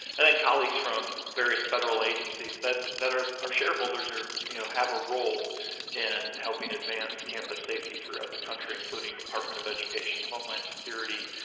and then colleagues from various federal agencies that that are shareholders or you know have a role in helping advance campus safety throughout the country including department of education, homeland security,